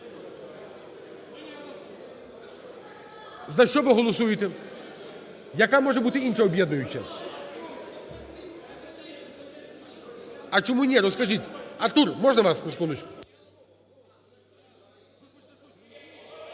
За що ви голосуєте? Яка може бути інша об'єднуюча? А чому ні? Розкажіть. Артур, можна вас на